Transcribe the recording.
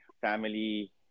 family